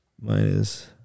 minus